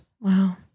Wow